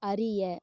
அறிய